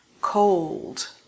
cold